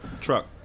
truck